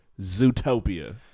Zootopia